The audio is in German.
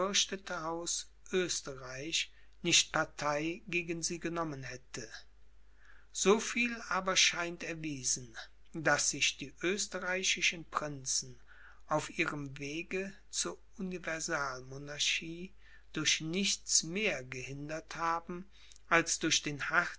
nicht partei gegen sie genommen hätte so viel aber scheint erwiesen daß sich die österreichischen prinzen auf ihrem wege zur universalmonarchie durch nichts mehr gehindert haben als durch den